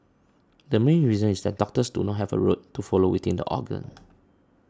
the main reason is that doctors do not have a route to follow within the organ